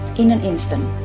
in an instant,